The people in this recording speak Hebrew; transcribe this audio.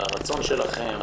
על הרצון שלכן,